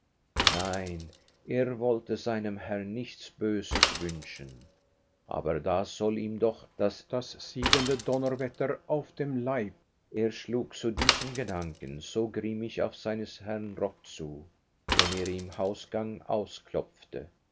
ließ nein er wollte seinem herrn nichts böses wünschen aber da soll ihm doch das siedende donnerwetter auf den leib er schlug zu diesem gedanken so grimmig auf seines herrn rock zu den er im hausgang ausklopfte